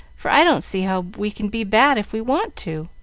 for i don't see how we can be bad if we want to,